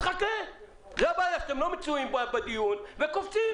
הבעיה היא שאתם לא מצויים בדיון פה ואתם קופצים.